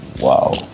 Wow